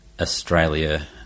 Australia